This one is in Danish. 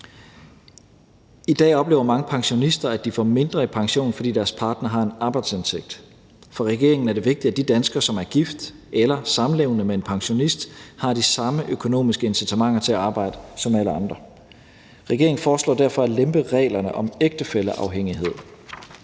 I dag oplever mange pensionister, at de får mindre i pension, fordi deres partner har en arbejdsindtægt. For regeringen er det vigtigt, at de danskere, som er gift eller samlevende med en pensionist, har de samme økonomiske incitamenter til at arbejde som alle andre. Regeringen foreslår derfor at lempe reglerne om ægtefælleafhængighed.